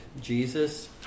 Jesus